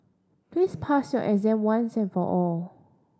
please pass your exam once and for all